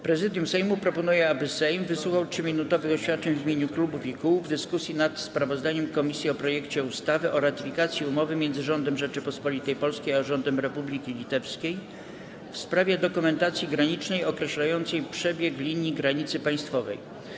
Prezydium Sejmu proponuje, aby Sejm wysłuchał 3-minutowych oświadczeń w imieniu klubów i kół w dyskusji nad sprawozdaniem komisji o projekcie ustawy o ratyfikacji umowy między Rządem Rzeczypospolitej Polskiej a Rządem Republiki Litewskiej w sprawie dokumentacji granicznej określającej przebieg linii granicy państwowej.